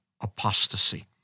apostasy